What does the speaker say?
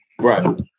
Right